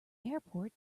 airport